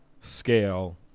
scale